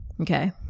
okay